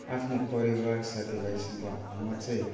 आफ्नो परिवार साथीभाइसँग म चाहिँ